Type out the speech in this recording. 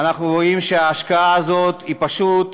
ואנחנו רואים שההשקעה הזאת היא פשוט,